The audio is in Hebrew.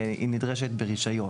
היא נדרשת ברישיון,